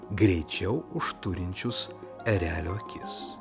greičiau už turinčius erelio akis